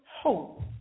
hope